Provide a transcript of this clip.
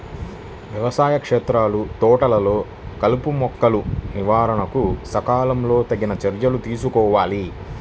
వ్యవసాయ క్షేత్రాలు, తోటలలో కలుపుమొక్కల నివారణకు సకాలంలో తగిన చర్యలు తీసుకోవాలి